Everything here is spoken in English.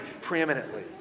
preeminently